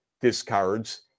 discards